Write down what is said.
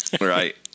Right